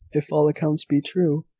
if all accounts be true